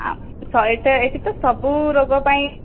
ଏହିଠି ତ ସବୁ ରୋଗ ପାଇଁ